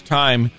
time